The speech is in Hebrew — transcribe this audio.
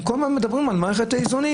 אנחנו כל הזמן מדברים על מערכת האיזונים,